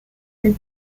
the